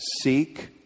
seek